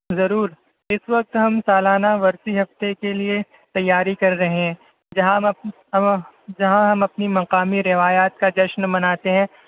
ضرور اس وقت ہم سالانہ برسی ہفتے کے لیے تیاری کر رہے ہیں جہاں ہم جہاں ہم اپنی مقامی روایات کا جشن مناتے ہیں